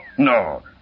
No